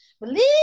Believe